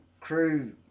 crew